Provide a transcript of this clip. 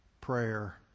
prayer